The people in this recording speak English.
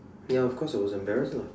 ya of course I was embarrassed lah